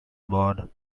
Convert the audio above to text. barred